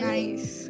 Nice